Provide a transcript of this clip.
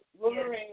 Wolverine